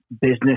business